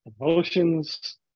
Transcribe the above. emotions